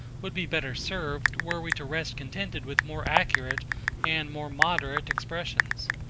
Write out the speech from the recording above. would be better served, were we to rest contented with more accurate and more moderate expressions.